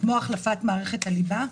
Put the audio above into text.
כמו החלפת מערכת הליבה.